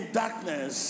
darkness